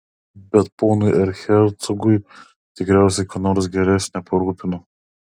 bet ponui erchercogui tikriausiai ką nors geresnio parūpino